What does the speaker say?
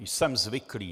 Jsem zvyklý.